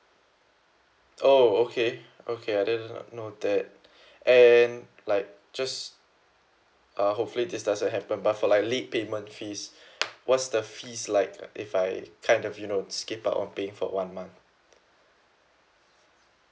oh okay okay I didn't know that and like just uh hopefully this doesn't happen but for like late payment fees what's the fees like if I kind of you know skip out on paying for one month